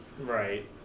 Right